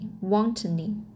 wantonly